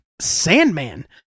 Sandman